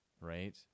right